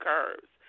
Curves